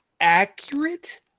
accurate